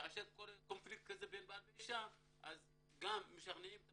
וכאשר נוצר קונפליקט בין בעל לאישה אז משכנעים את